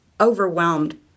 overwhelmed